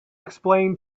explain